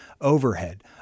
overhead